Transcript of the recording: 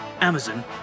Amazon